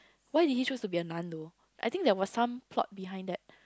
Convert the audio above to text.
why did he choose to be a nun though I think there was some fault behind there